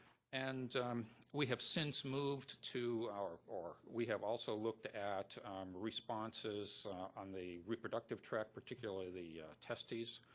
and we have since moved to our or we have also looked at responses on the reproductive tract, particularly the testes.